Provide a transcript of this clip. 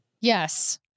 Yes